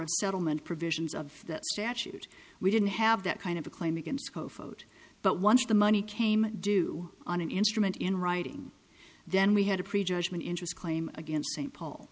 of settlement provisions of that statute we didn't have that kind of a claim against kofod but once the money came due on an instrument in writing then we had a prejudgment interest claim against st paul